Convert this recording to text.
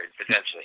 potentially